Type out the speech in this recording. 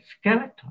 skeleton